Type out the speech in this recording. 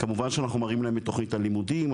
כמובן שאנחנו מראים להם את תוכנית הלימודים,